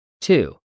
Two